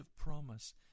promise